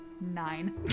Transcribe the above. Nine